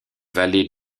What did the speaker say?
valet